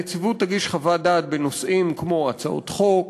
הנציבות תגיש חוות דעת בנושאים כמו הצעות חוק,